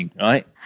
right